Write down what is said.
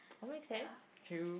oh make sense true